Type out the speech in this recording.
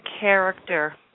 character